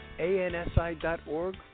ANSI.org